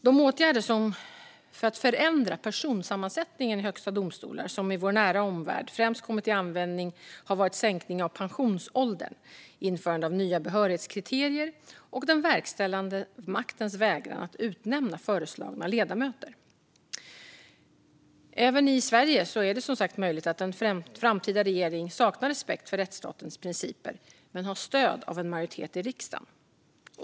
De åtgärder för att förändra personsammansättningen i högsta domstolar som främst har kommit till användning i vår nära omvärld har varit sänkning av pensionsålder, införande av nya behörighetskriterier och den verkställande maktens vägran att utnämna föreslagna ledamöter. Även i Sverige är det som sagt möjligt att en framtida regering saknar respekt för rättsstatens principer men har stöd av en majoritet i riksdagen.